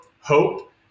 hope